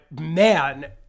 man